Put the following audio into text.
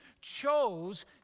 chose